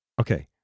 Okay